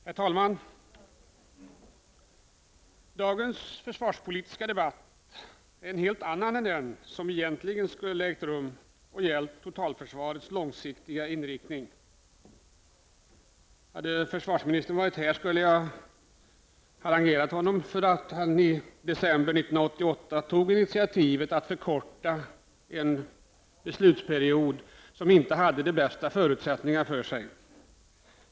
Herr talman! Dagens försvarspolitiska debatt är en helt annan än den som egentligen skulle ha ägt rum och gällt totalförsvarets långsiktiga inriktning. Om försvarsministern hade varit här skulle jag ha harangerat honom för att han i december 1988 tog initiativ till att förkorta en beslutsperiod som inte hade de bästa förutsättningar för sig.